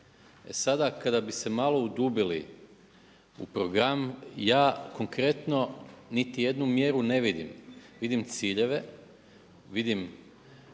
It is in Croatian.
sada, kada bi se malo udubili u program ja konkretno niti jednu mjeru ne vidim, vidim ciljeve, vidim